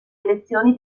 elezioni